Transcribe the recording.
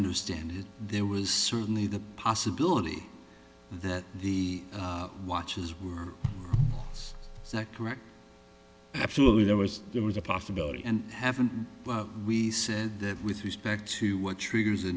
understand it there was certainly the possibility that the watch was with us so i correct absolutely there was there was a possibility and haven't we said that with respect to what triggers a